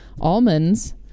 almonds